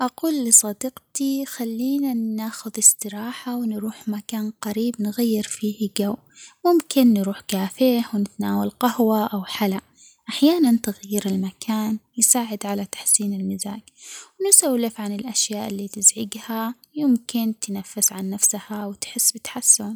أقول لصديقتي خلينا ناخد استراحة ونروح مكان قريب نغير فيه جو ممكن نروح كافيه ونتناول قهوة أو حلى، أحياناً تغيير المكان يساعد على تحسين المزاج، نسولف عن الأشياء اللي تزعجها يمكن تنفس عن نفسها وتحس بتحسن.